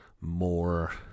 more